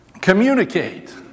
communicate